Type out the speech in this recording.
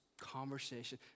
conversation